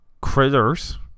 critters